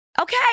Okay